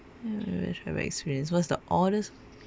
uh travel experience what's the oddest